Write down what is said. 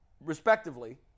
respectively